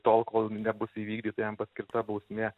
tol kol nebus įvykdyta jam paskirta bausmė